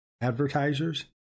advertisers